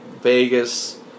Vegas